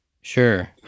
Sure